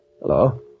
Hello